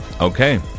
Okay